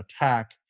attack